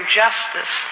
justice